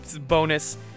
bonus